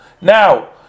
Now